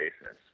basis